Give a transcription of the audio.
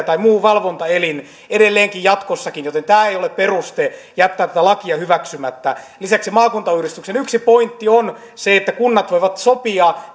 tai muu valvontaelin näihin valvontatehtäviin tulee edelleenkin jatkossakin joten tämä ei ole peruste jättää tätä lakia hyväksymättä lisäksi maakuntauudistuksen yksi pointti on se että kunnat voivat sopia